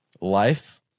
life